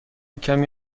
کمی